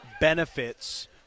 benefits